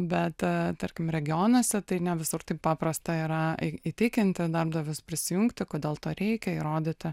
bet tarkim regionuose tai ne visur taip paprasta yra įtikinti darbdavius prisijungti kodėl to reikia įrodyti